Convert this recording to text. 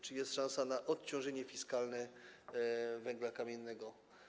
Czy jest szansa na odciążenie fiskalne węgla kamiennego?